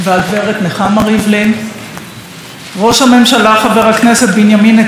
ראש הממשלה חבר הכנסת בנימין נתניהו והגברת נתניהו,